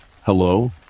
hello